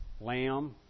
lamb